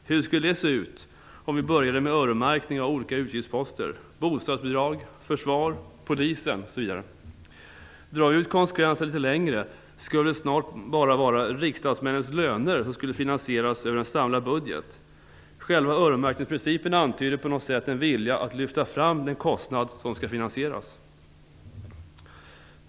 Hur skulle det se ut om vi började med öronmärkning av olika utgiftsposter - bostadsbidrag, försvarskostnader, kostnader för polisen osv. Drar vi konsekvenserna litet längre skulle det snart bara vara riksdagsmännens löner som skulle finansieras över en samlad budget. Själva öronmärkningsprincipen antyder på något sätt en vilja att lyfta fram den kostnad som skall finansieras.